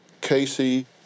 Casey